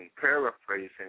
paraphrasing